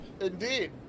Indeed